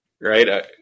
right